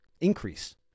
increase